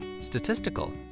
statistical